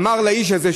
אמר לאיש הזה,